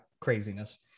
Craziness